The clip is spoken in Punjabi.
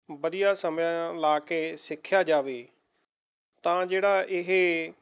ਵਧੀਆ ਸਮਾਂ ਲਗਾ ਕੇ ਸਿੱਖਿਆ ਜਾਵੇ ਤਾਂ ਜਿਹੜਾ ਇਹ